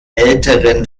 älteren